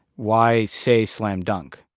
why say slam dunk?